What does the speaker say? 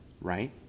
right